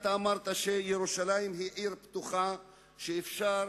אתה אמרת שירושלים היא עיר פתוחה שאפשר